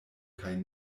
kaj